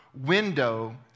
window